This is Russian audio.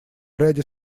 ряде